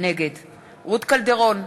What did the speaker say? נגד רות קלדרון,